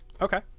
Okay